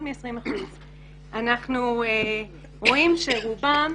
אנחנו רואים שרובם,